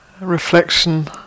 reflection